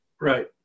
Right